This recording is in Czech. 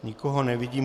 Nikoho nevidím.